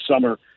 summer